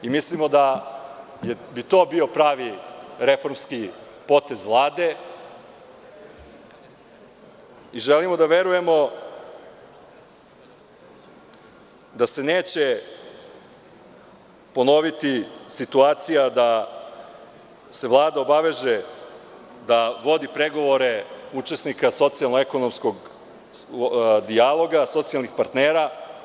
Mislimo da je i to bio pravi reformski potez Vlade i želimo da verujemo da se neće ponoviti situacija da se Vlada obaveže da vodi pregovore učesnika socijalno-ekonomskog dijaloga, socijalnih partnera.